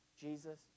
Jesus